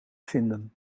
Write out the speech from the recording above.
vinden